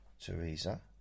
Teresa